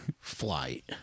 Flight